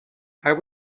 are